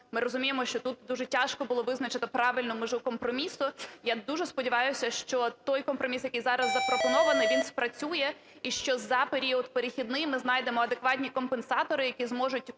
Ми розуміємо, що тут дуже тяжко було визначити правильну межу компромісу. Я дуже сподіваюся, що той компроміс, який зараз запропонований, він спрацює і що за період перехідний ми знайдемо адекватні компенсатори, які зможуть